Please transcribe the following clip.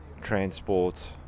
transport